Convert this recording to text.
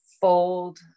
Fold